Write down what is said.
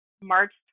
March